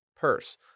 purse